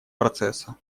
процесса